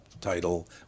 title